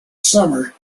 summer